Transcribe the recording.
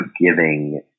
giving